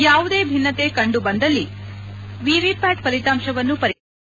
ಯಾವುದೇ ಭಿನ್ನತೆ ಕಂಡು ಬಂದಲ್ಲಿ ವಿವಿಪ್ಲಾಟ್ ಫಲಿತಾಂಶವನ್ನು ಪರಿಗಣಿಸಲಾಗುವುದು